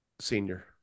Senior